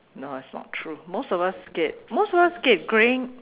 no it's not true most of us get most of us get graying